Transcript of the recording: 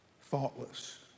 Thoughtless